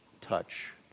touch